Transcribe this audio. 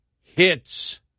hits